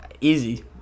Easy